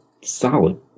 solid